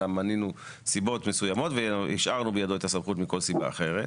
אלא מנינו סיבות מסוימות והשארנו בידו את הסמכות מכל סיבה אחרת.